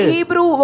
Hebrew